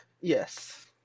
yes